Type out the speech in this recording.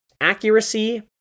accuracy